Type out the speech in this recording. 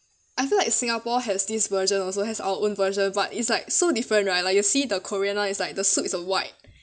I feel like singapore has this version also has our own version but it's like so different right like you see the korean [one] is like the soup is a white